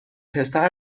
پسر